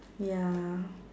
ya